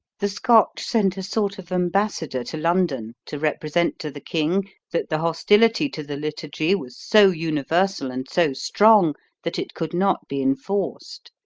the scotch sent a sort of embassador to london to represent to the king that the hostility to the liturgy was so universal and so strong that it could not be enforced.